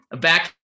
back